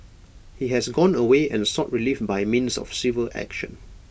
he has gone away and sought relief by means of civil action